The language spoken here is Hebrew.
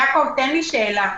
יעקב, תן לי לשאול שאלה.